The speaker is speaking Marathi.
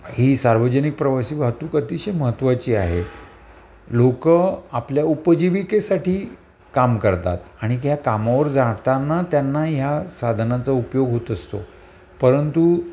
ही सार्वजनिक प्रवासी वाहतूक अतिशय महत्वाची आहे लोकं आपल्या उपजीविकेसाठी काम करतात आणि की ह्या कामावर जाताना त्यांना ह्या साधनाचा उपयोग होत असतो परंतु